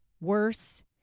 worse